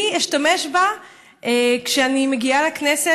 אני אשתמש בה כשאני מגיעה לכנסת.